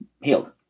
healed